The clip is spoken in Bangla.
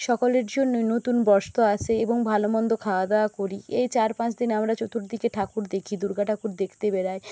সকলের জন্যই নতুন বস্ত্র আসে এবং ভালো মন্দ খাওয়া দাওয়া করি এই চার পাঁচ দিন আমরা চতুর্দিকে ঠাকুর দেখি দুর্গা ঠাকুর দেখতে বেরাই